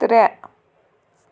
ترٛےٚ